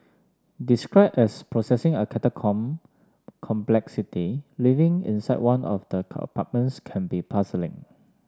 described as possessing a catacomb complexity living inside one of the can be puzzling